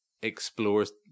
explores